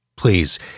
Please